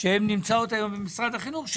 שהם נמצאים היום במשרד החינוך,